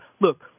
look